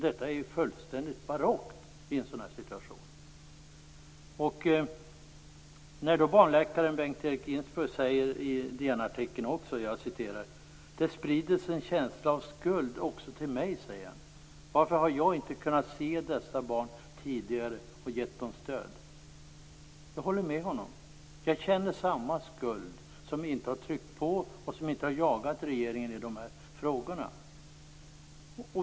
Detta är, i en sådan situation, fullständigt barockt. artikeln: "Det sprider sig en känsla av skuld också till mig. Varför har jag inte kunnat se dessa barn tidigare och gett dem stöd?" Jag håller med honom. Jag känner samma skuld som inte har tryckt på och jagat regeringen i dessa frågor.